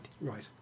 Right